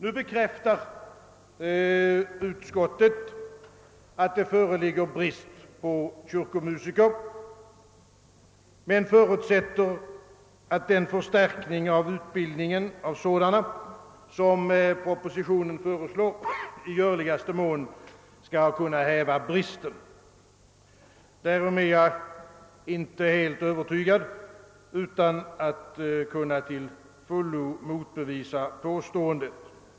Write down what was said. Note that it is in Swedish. Utskottet bekräftar att det föreligger brist på kyrkomusiker men förutsätter att den förstärkning av utbildningen av sådana som propositionen föreslår i görligaste mån skall kunna häva bristen. Därom är jag inte helt övertygad utan att därför till fullo kunna motbevisa påståendet.